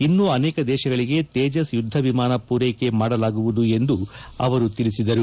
ಇನ್ನೂ ಅನೇಕ ದೇಶಗಳಿಗೆ ತೇಜಸ್ ಯುದ್ಲ ವಿಮಾನ ಪೂರ್ಲೆಕೆ ಮಾಡಲಾಗುವುದು ಎಂದು ಅವರು ಹೇಳಿದ್ದಾರೆ